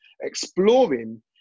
exploring